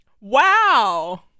wow